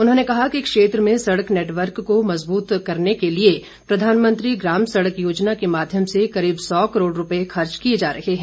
उन्होंने कहा कि क्षेत्र में सड़क नेटवर्क को मज़बूती प्रदान करने के लिए प्रधानमंत्री ग्राम सड़क योजना के माध्यम से करीब सौ करोड़ रूपये खर्च किए जा रहे हैं